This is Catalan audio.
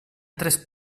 tres